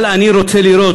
אבל אני רוצה לראות,